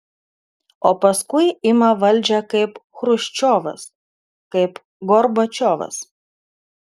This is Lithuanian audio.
o paskui ima valdžią kaip chruščiovas kaip gorbačiovas